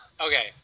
Okay